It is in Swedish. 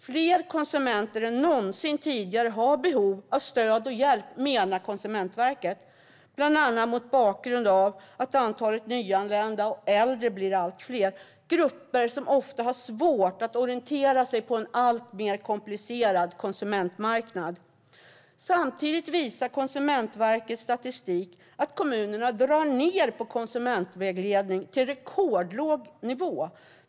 Fler konsumenter än någonsin tidigare har behov av stöd och hjälp, menar Konsumentverket, bland annat mot bakgrund av att antalet nyanlända och äldre blir allt fler. Det är grupper som ofta har svårt att orientera sig på en alltmer komplicerad konsumentmarknad. Samtidigt visar Konsumentverkets statistik att kommunerna drar ned på konsumentvägledning till en rekordlåg nivå.